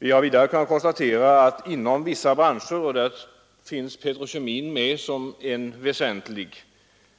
Vi har vidare kunnat konstatera att inom vissa branscher — där finns petrokemin med som ett väsentligt